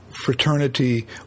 fraternity